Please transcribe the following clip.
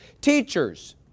teachers